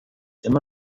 immer